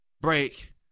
break